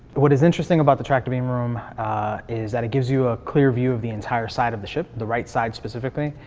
what is interesting about the tractor beam is that it gives you a clear view of the entire side of the ship, the right side specifically.